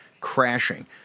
crashing